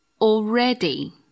already